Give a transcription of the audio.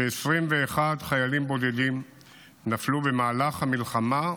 כש-21 חיילים בודדים נפלו במהלך המלחמה,